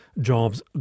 jobs